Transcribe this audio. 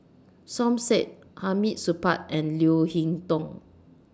Som Said Hamid Supaat and Leo Hee Tong